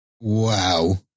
Wow